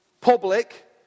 public